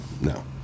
no